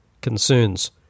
concerns